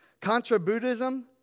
Contra-Buddhism